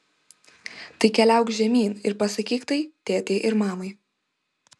tai keliauk žemyn ir pasakyk tai tėtei ir mamai